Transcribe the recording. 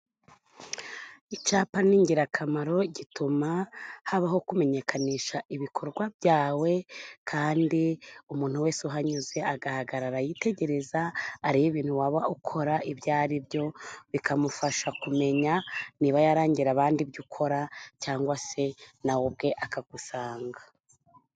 Icyapa ni ingirakamaro; gituma habaho kumenyekanisha ibikorwa byawe kandi umuntu wese uhanyuze agahagarara yitegereza, areba ibintu waba ukora, ibyo ari byo, bikamufasha kumenya niba yarangira abandi ibyo ukora, cyangwa se na we ubwe akagusanga.